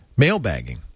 Mailbagging